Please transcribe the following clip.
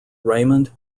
raymond